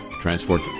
transport